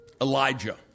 Elijah